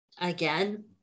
Again